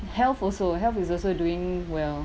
health also health is also doing well